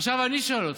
עכשיו אני שואל אותך,